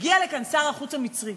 הגיע לכאן שר החוץ המצרי.